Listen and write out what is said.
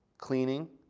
cleaning,